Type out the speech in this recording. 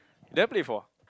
you never play before ah